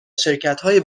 شرکتهای